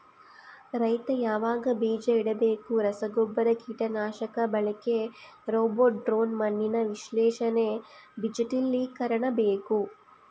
ರೈತ ಯಾವಾಗ ಬೀಜ ಇಡಬೇಕು ರಸಗುಬ್ಬರ ಕೀಟನಾಶಕ ಬಳಕೆ ರೋಬೋಟ್ ಡ್ರೋನ್ ಮಣ್ಣಿನ ವಿಶ್ಲೇಷಣೆ ಡಿಜಿಟಲೀಕರಣ ಬೇಕು